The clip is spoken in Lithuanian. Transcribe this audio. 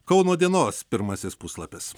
kauno dienos pirmasis puslapis